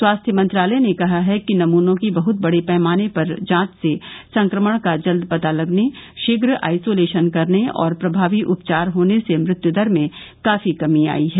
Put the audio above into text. स्वास्थ्य मंत्रालय ने कहा है कि नमूनों की बहुत बडे पैमाने पर जांच से संक्रमण का जल्द पता लगने शीघ्र आइसोलेशन करने और प्रभावी उपचार होने से मृत्यु दर में काफी कमी आई है